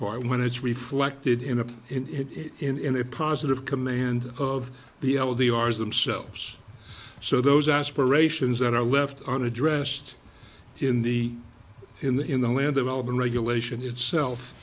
part when it's reflected in a it in a positive command of the l d r's themselves so those aspirations that are left unaddressed in the in the in the land development regulation itself